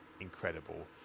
incredible